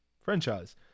franchise